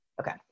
Okay